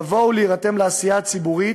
לבוא ולהירתם לעשייה הציבורית,